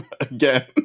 again